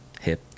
Hip